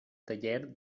taller